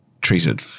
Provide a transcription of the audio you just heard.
treated